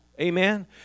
Amen